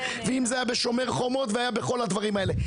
ואם זה היה בשומר חומות ובכל הדברים האלה.